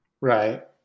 Right